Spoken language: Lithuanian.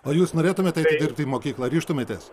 o jūs norėtumėte dirbti į mokyklą ryžtumėtės